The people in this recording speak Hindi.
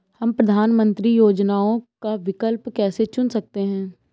हम प्रधानमंत्री योजनाओं का विकल्प कैसे चुन सकते हैं?